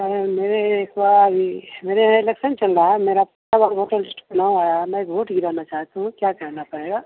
अ मैं क्या वो मेरे यहाँ एलेक्सन चल रहा है मेरा नाम वोटर लिस्ट में नया आया है मैं वोट गिराना चाहता हूँ क्या करना पड़ेगा